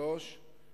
השלישי,